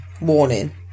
warning